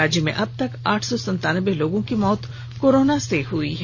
राज्य में अब तक आठ सौ संतानबे लोगों की मौत कोरोना से हई है